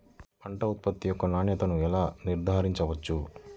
పంట ఉత్పత్తి యొక్క నాణ్యతను ఎలా నిర్ధారించవచ్చు?